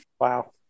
Wow